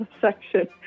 section